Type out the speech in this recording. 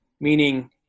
meaning